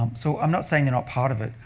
um so i'm not saying they're not part of it,